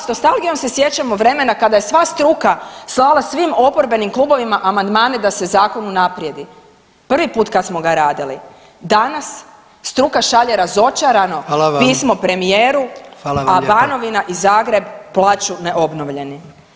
S nostalgijom se sjećamo vremena kada je sva struka slala svim oporbenim klubovima amandmane da se zakon unaprijedi, prvi put kad smo ga radili, danas struka šalje razočarano pismo premijeru [[Upadica: Hvala vam.]] a Banovina i Zagreb [[Upadica: Hvala vam lijepo.]] plaču neobnovljeni.